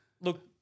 Look